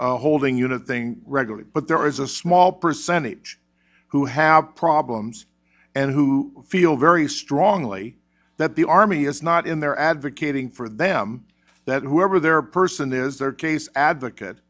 this holding unit thing regularly but there is a small percentage who have problems and who feel very strongly that the army is not in there advocating for them that whoever their person is their case advocate